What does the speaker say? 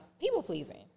people-pleasing